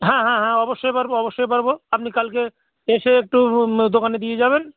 হ্যাঁ হ্যাঁ হ্যাঁ অবশ্যই পারব অবশ্যই পারব আপনি কালকে এসে একটু দোকানে দিয়ে যাবেন